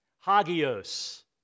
hagios